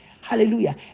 Hallelujah